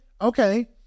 Okay